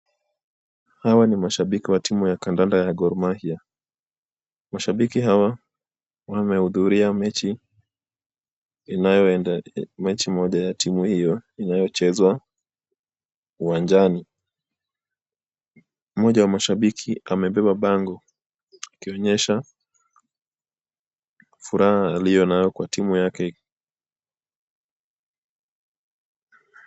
Hawa ni mashabiki wa timu ya kandanda ya Gor Mahia. Mashabiki hawa wamehudhuria mechi moja ya timu hiyo inyochezwa uwanjani. Mmoja wa mashabiki amebeba bango akionyesha furaha aliyonayo kwa timu yake.